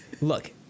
Look